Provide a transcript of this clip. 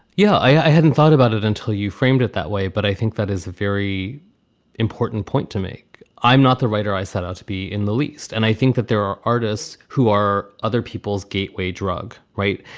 yeah, i hadn't thought about it until you framed it that way, but i think that is a very important point to make. i'm not the writer i set out to be in the least. and i think that there are artists who are other people's gateway drug. right.